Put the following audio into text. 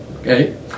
okay